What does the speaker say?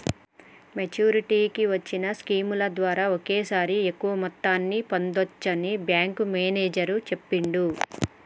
మెచ్చురిటీకి వచ్చిన స్కీముల ద్వారా ఒకేసారి ఎక్కువ మొత్తాన్ని పొందచ్చని బ్యేంకు మేనేజరు చెప్పిండు